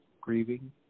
grieving